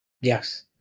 yes